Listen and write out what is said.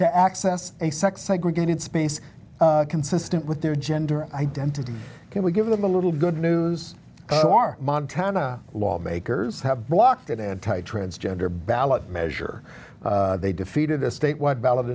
to access a sex segregated space consistent with their gender identity can we give them a little good news for montana lawmakers have blocked it anti transgender ballot measure they defeated a statewide bal